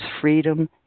freedom